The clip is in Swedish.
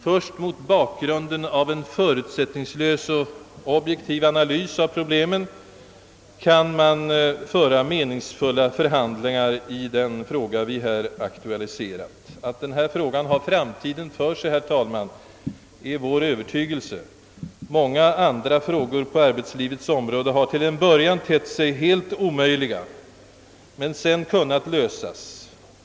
Först mot bakgrunden av en förutsättningslös och objektiv analys av problemen kan man föra meningsfulla förhandlingar i den fråga vi här aktualiserar. Att denna fråga har framtiden för sig, herr talman, är vi övertygade om. Många andra frågor på arbetslivets områden har till en början tett sig helt omöjliga men senare kunnat lösas.